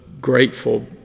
grateful